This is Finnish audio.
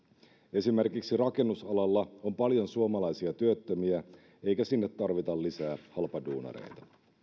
esimerkiksi rakennusalalla on paljon suomalaisia työttömiä eikä sinne tarvita lisää halpaduunareita